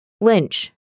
Lynch